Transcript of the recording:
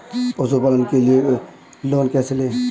पशुपालन के लिए लोन कैसे लें?